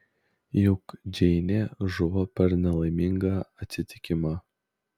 juk džeinė žuvo per nelaimingą atsitikimą